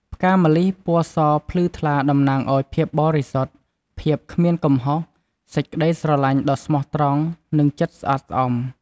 ផ្កាម្លិះពណ៌សភ្លឺថ្លាតំណាងឱ្យ ភាពបរិសុទ្ធ ភាពគ្មានកំហុស សេចក្តីស្រឡាញ់ដ៏ស្មោះត្រង់ និងចិត្តស្អាតស្អំ។